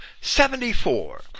Seventy-four